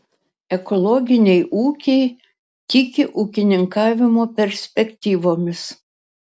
ekologiniai ūkiai tiki ūkininkavimo perspektyvomis